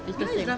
it's the same